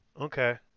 Okay